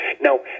Now